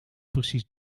precies